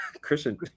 Christian